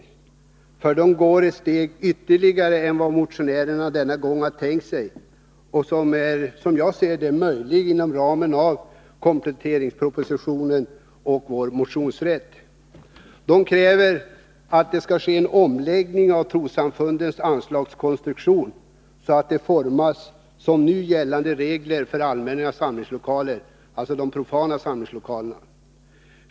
Reservanterna går nämligen ett steg längre än motionärerna den här gången har tänkt sig och längre än vad som =— enligt mitt sätt att se — är möjligt inom ramen för kompletteringspropositionen och vår motionsrätt. De kräver en omläggning av anslagskonstruktionen vad avser trossamfunden, så att reglerna utformas som de som nu gäller för allmänna samlingslokaler — alltså de profana.